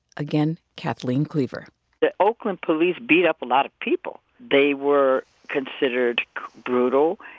again, kathleen cleaver the oakland police beat up a lot of people. they were considered brutal,